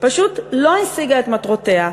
פשוט לא השיגה את מטרותיה,